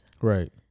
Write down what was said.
Right